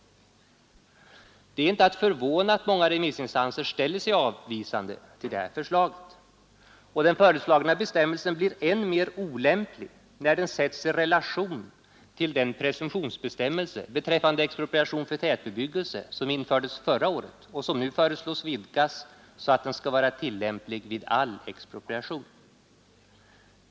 Det är inte förvånande att många remissinstanser ställer sig avvisande till det här förslaget. Den föreslagna bestämmelsen blir än mer olämplig när den sätts i relation till den presumtionsbestämmelse beträffande expropriation för tätbebyggelse som infördes förra året och som nu föreslås vidgad så att den skall vara tillämplig vid all expropriation.